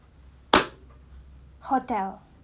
hotel